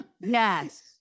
Yes